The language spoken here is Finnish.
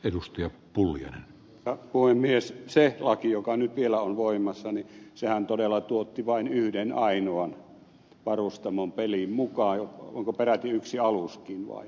edustaja pulliainen tappoi mies ei laki joka nyt vielä on voimassa todella tuotti vain yhden ainoan varustamon peliin mukaan onko peräti yksi aluskin vain